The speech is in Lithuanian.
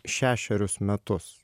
šešerius metus